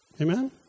amen